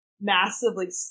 massively